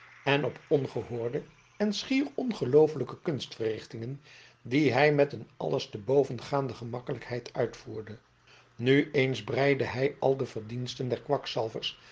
en op ongehoorde en schier ongelooflijke kunstverrichtingen die hij met een alles te boven gaande gemakkelijkheid uitvoerde nu eens breidde hij al de verdiensten des kwakzalvers